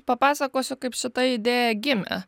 papasakosiu kaip šita idėja gimė